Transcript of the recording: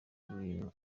bintu